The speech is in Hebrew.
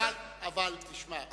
אבל תשמע,